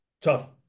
tough